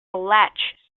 latch